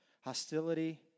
hostility